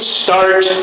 start